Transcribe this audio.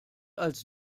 als